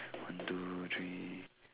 one two three